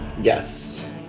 Yes